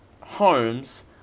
homes